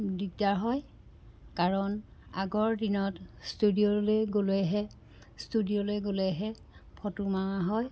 দিগদাৰ হয় কাৰণ আগৰ দিনত ষ্টুডিঅ'লৈ গ'লেহে ষ্টুডিঅ'লৈ গ'লেহে ফটো মাৰা হয়